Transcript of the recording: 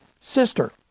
sister